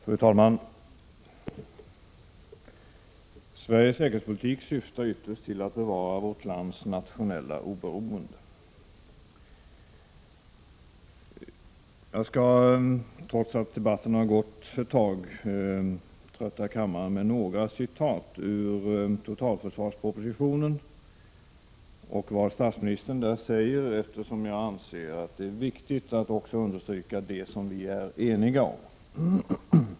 Fru talman! ”Sveriges säkerhetspolitik syftar ytterst till att bevara vårt lands nationella oberoende.” Jag skall, trots att debatten pågått ett tag, trötta kammaren med ytterligare några citat ur totalförsvarspropositionen. Det gäller vad statsministern där säger. Jag gör detta eftersom jag anser att det är viktigt att understryka också sådant som vi är eniga om.